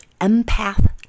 Empath